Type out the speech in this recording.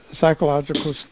psychological